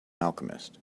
alchemist